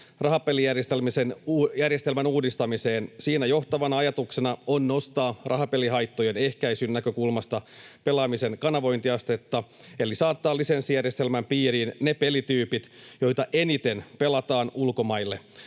rahapelijärjestelmän uudistamiseen. Siinä johtavana ajatuksena on nostaa rahapelihaittojen ehkäisyn näkökulmasta pelaamisen kanavointiastetta eli saattaa lisenssijärjestelmän piiriin ne pelityypit, joita eniten pelataan ulkomaille.